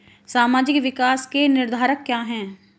सामाजिक विकास के निर्धारक क्या है?